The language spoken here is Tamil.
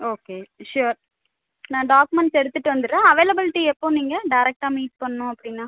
ஓகே சூயர் நான் டாக்குமெண்ட்ஸ் எடுத்துகிட்டு வந்துவிடுறேன் அவைலபிலிட்டி எப்போ நீங்க டேரக்ட்டா மீட் பண்ணனும் அப்படினா